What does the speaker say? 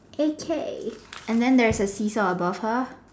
okay and then there's a see saw above her